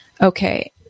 Okay